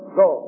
go